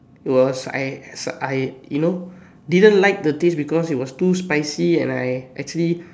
was I was I you know didn't like the taste because it was too spicy and I actually